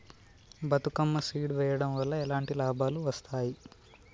Bathukamma seed వెయ్యడం వల్ల ఎలాంటి లాభాలు వస్తాయి?